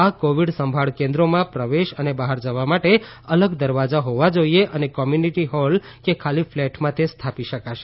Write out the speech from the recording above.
આ કોવિડ સંભાળ કેન્દ્રોમાં પ્રવેશ અને બહાર જવા માટે અલગ દરવાજા હોવા જોઈએ અને કોમ્યુનિટી હોલ કે ખાલી ફલેટમાં તે સ્થાપી શકાશે